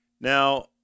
Now